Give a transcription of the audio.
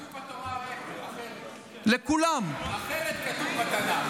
כל אזרח במדינת ישראל שמוגדר בחוק הנגב